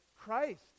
Christ